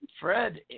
Fred